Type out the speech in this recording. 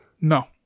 No